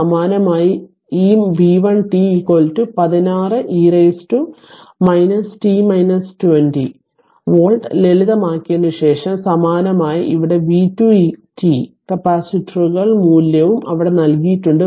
സമാനമായി ഈv1 t 16 e t 20 volt ലളിതമാക്കിയതിനുശേഷം സമാനമായി ഇവിടെ v2 t കപ്പാസിറ്ററുകൾ മൂല്യവും അവിടെ നൽകിയിട്ടുണ്ട്